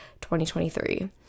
2023